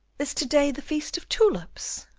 is to-day the feast of tulips?